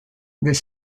this